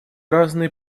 разные